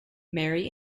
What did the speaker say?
marry